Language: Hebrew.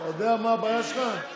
אתה יודע מה הבעיה שלך?